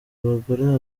abagore